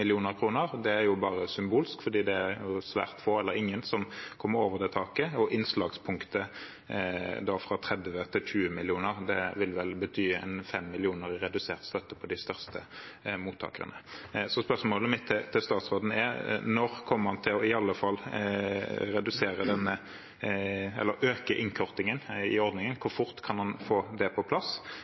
Det er jo bare symbolsk, for det er svært få eller ingen som kommer over det taket, og innslagspunktet –fra 30 mill. kr til 20 mill. kr – vil vel bety 5 mill. kr i redusert støtte for de største mottakerne. Så spørsmålet mitt til statsråden er: Når kommer han til, i alle fall, å øke avkortingen i ordningen? Hvor fort kan han få det på plass,